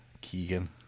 Keegan